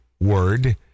word